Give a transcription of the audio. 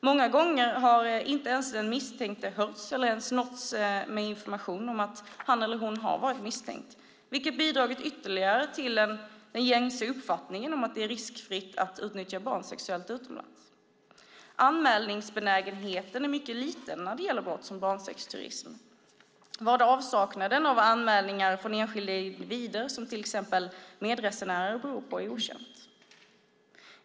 Många gånger har inte ens den misstänkte hörts eller nåtts med information om att han eller hon har varit misstänkt, vilket bidragit ytterligare till den gängse uppfattningen, att det är riskfritt att utnyttja barn sexuellt utomlands. Anmälningsbenägenheten är mycket liten när det gäller brott som barnsexturism. Vad avsaknaden av anmälningar från enskilda individer, till exempel medresenärer, beror på är okänt.